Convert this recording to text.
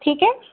ठीक आहे